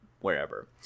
wherever